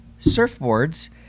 Surfboards